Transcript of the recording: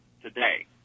today